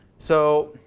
so,